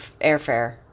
airfare